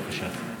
בבקשה.